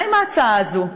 מה עם ההצעה הזאת?